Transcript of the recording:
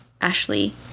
Ashley